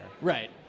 Right